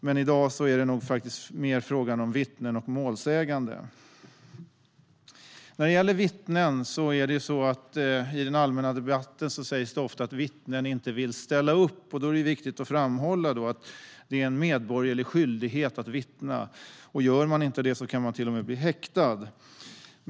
Men i dag gäller det nog mer vittnen och målsägande. Det sägs ofta i den allmänna debatten att vittnen inte vill ställa upp. Det är viktigt att framhålla att det är en medborgerlig skyldighet att vittna. Om man inte gör det kan man till och med bli häktad.